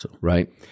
Right